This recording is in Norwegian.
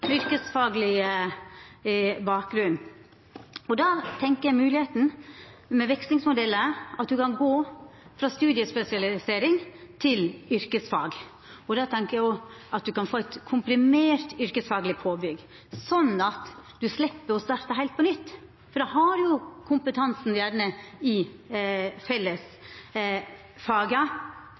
bakgrunn, og då tenkjer eg at i og med moglegheita med vekslingsmodellar kan ein gå frå studiespesialisering til yrkesfag, og då kan ein få eit komprimert yrkesfagleg påbygg, sånn at ein slepp å starta heilt på nytt, for ein har gjerne kompetansen i